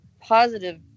positive